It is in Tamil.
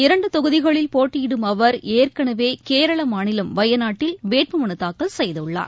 இரண்டுதொகுதிகளில் போட்டியிடும் அவர் ஏற்கனவேகேரளமாநிலம் வயநாட்டில் வேட்புமனுதாக்கல் செய்கள்ளார்